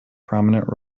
prominent